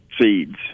seeds